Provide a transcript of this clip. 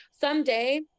Someday